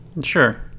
Sure